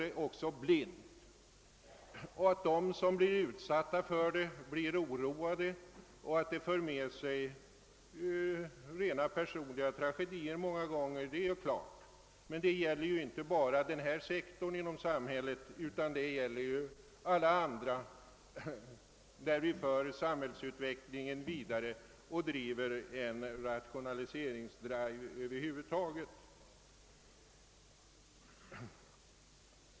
Det är också självklart, att de som blir utsatta härför blir oroade och att det många gånger medför rent personliga tragedier. Men detta gäller ju inte bara denna sektor inom samhället utan även alla andra där vi vill att samhällsutvecklingen skall gå vidare och där vi försöker att genomföra rationaliseringsåtgärder av olika slag.